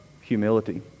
humility